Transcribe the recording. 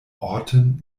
orten